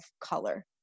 color